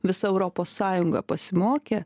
visa europos sąjunga pasimokė